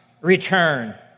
return